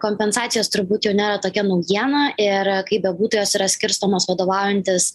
kompensacijos turbūt jau nėra tokia naujiena ir kaip bebūtų jos yra skirstomos vadovaujantis